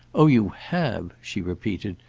oh you have, she repeated,